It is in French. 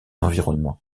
environnement